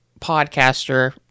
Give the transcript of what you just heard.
podcaster